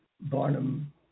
Barnum